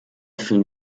fühlen